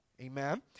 Amen